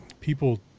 people